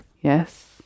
Yes